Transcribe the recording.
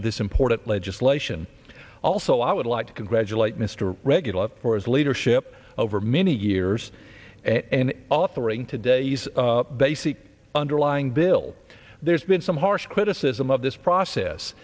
of this important legislation also i would like to congratulate mr regular for his leadership over many years and offering today yes basic underlying bill there's been some harsh criticism of this process